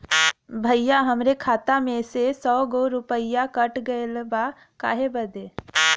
भईया हमरे खाता में से सौ गो रूपया कट गईल बा काहे बदे?